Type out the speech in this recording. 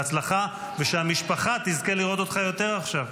בהצלחה, ושהמשפחה תזכה לראות אותך יותר עכשיו.